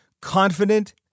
Confident